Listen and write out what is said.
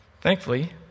Thankfully